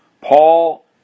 Paul